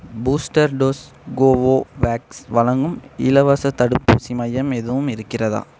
booster dose Covovax வழங்கும் இலவசத் தடுப்பூசி மையம் எதுவும் இருக்கிறதா